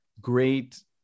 great